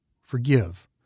Forgive